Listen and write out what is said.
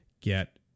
get